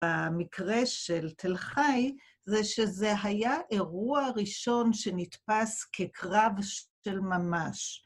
המקרה של תל חי זה שזה היה אירוע ראשון שנתפס כקרב של ממש.